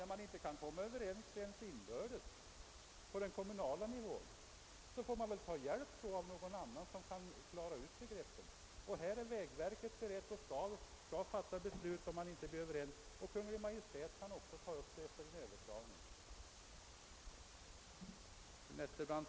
Kan man inte komma överens inbördes på kommunal nivå, så får man väl ta hjälp av någon som kan klara ut saken. Vägverket är berett att fatta beslut om man inte kan enas på kommunal nivå, och Kungl. Maj:t kan ta upp ärendet efter ett överklagande.